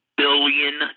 billion